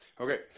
Okay